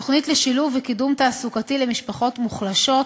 תוכנית לשילוב ולקידום תעסוקתי למשפחות מוחלשות.